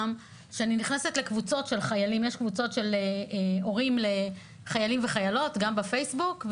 כשאני נכנסת לקבוצות של הורים לחיילים וחיילות בפייסבוק,